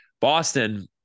Boston